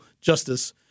justice